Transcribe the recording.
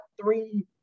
three